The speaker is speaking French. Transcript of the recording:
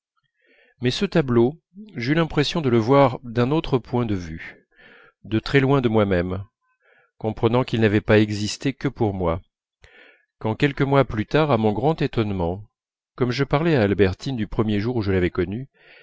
mais ce tableau j'eus l'impression de le voir d'un autre point de vue de très loin de moi-même comprenant qu'il n'avait pas existé que pour moi quand quelques mois plus tard à mon grand étonnement comme je parlais à albertine du premier jour où je l'avais connue